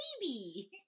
baby